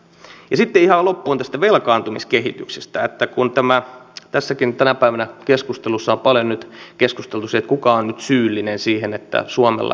sitten ihan loppuun tästä velkaantumiskehityksestä kun tässä tänäkin päivänä on paljon keskusteltu siitä kuka on nyt syyllinen siihen että suomella on velkaa